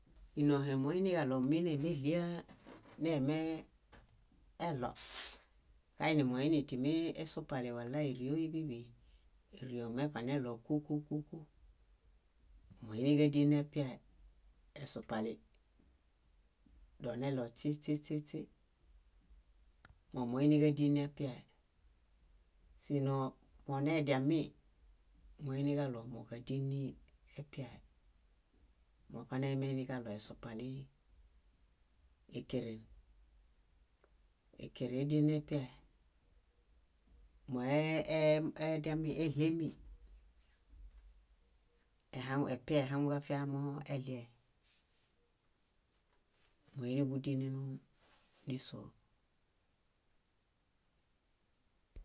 . Ínohe muniġaɭo mínemeɭia nemeeɭo kainimoinitimiesupalĩ wala érioibiḃi, ério meṗaneɭo kúkúkú móiniġadineṗiae, esupalĩ, doneɭo śĩśĩśĩśĩ, mómoiniġadinepiae. Sínoo monediami moiniġaɭo móġadiniepiae. Moṗanemeiniġaɭo esupalĩ. Ékeren, ékeren édin nepiae. Mo e- e- ediami éɭemi, ehaŋu- epiaehaŋuġafia moeɭie. Móiḃudinenoniso.